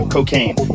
Cocaine